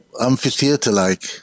amphitheater-like